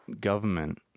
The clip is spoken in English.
government